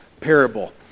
parable